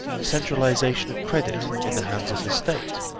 centralisation of credit in the hands of the state,